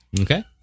Okay